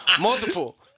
Multiple